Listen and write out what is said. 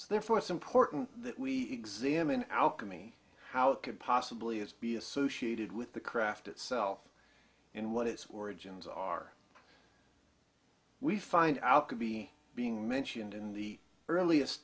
so therefore it's important that we examine alchemy how it could possibly as be associated with the craft itself in what is or agendas are we find out could be being mentioned in the earliest